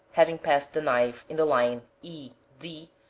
having passed the knife in the line e, d,